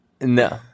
No